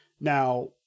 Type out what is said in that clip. Now